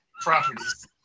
properties